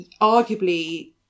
arguably